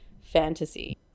fantasy